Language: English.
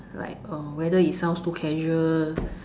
like uh whether it sounds too casual